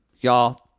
y'all